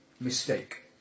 mistake